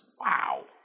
Wow